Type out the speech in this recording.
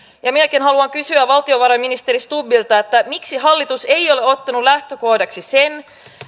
minäkin haluan kysyä valtiovarainministeri stubbilta miksi hallitus ei ole ottanut lähtökohdaksi sitä